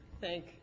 thank –